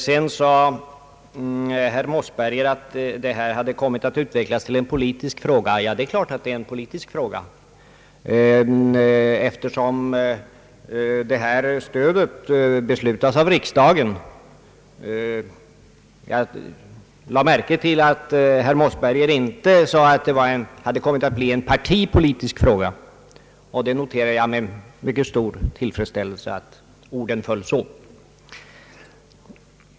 Herr Mossberger anförde sedan att detta hade kommit att utvecklas till en politisk fråga. Ja, det är klart att det är en politisk fråga, eftersom stödet beslutas av riksdagen. Jag lade märke till att herr Mossberger inte sade att det kommit att bli en partipolitisk fråga, och jag noterar med mycket stor tillfredsställelse att orden föll så.